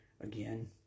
Again